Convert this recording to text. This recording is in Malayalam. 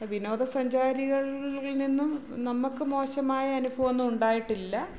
വിനോദസഞ്ചാരികളിൽ നിന്നും നമുക്ക് മോശമായ അനുഭവം ഒന്നും ഉണ്ടായിട്ടില്ല